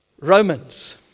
Romans